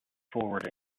forward